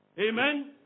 Amen